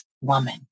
woman